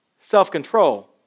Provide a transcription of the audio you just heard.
Self-control